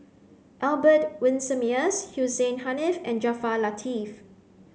Albert Winsemius Hussein Haniff and Jaafar Latiff